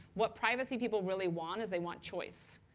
what privacy people really want is they want choice,